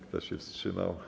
Kto się wstrzymał?